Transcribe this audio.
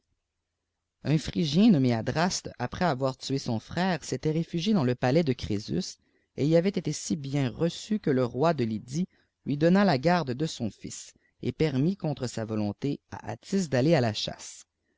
un phryj nommé adraste às avoir tué son frère s'était réfugié n letiiafs de crépus et y avait été si bien rççu que le roi de lydie lui donna la garde de son fils et permit contre sa volonté à xtyé âklléf àkcsisso a la